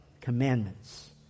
Commandments